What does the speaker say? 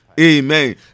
Amen